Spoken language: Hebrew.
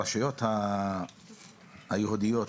ברשויות היהודיות,